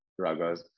ragas